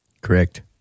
Correct